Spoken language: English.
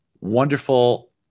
wonderful